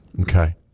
Okay